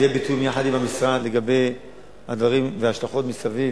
זה יהיה בתיאום עם המשרד לגבי הדברים וההשלכות מסביב,